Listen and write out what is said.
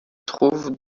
trouve